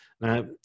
Now